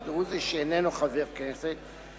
או דרוזי שאינו חבר כנסת,